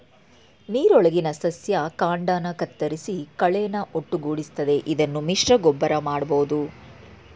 ನೀರೊಳಗಿನ ಸಸ್ಯ ಕಾಂಡನ ಕತ್ತರಿಸಿ ಕಳೆನ ಒಟ್ಟುಗೂಡಿಸ್ತದೆ ಇದನ್ನು ಮಿಶ್ರಗೊಬ್ಬರ ಮಾಡ್ಬೋದು